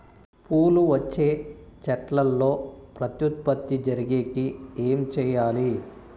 పూలు వచ్చే చెట్లల్లో ప్రత్యుత్పత్తి జరిగేకి ఏమి చేయాలి?